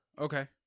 okay